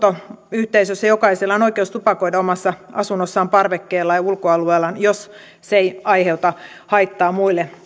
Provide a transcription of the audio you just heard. asuntoyhteisössä jokaisella on oikeus tupakoida omassa asunnossaan parvekkeellaan ja ulkoalueella jos se ei aiheuta haittaa